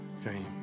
Okay